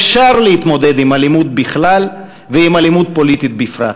אפשר להתמודד עם אלימות בכלל ועם אלימות פוליטית בפרט.